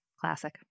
classic